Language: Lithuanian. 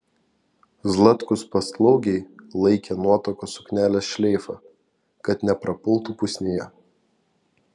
zlatkus paslaugiai laikė nuotakos suknelės šleifą kad neprapultų pusnyje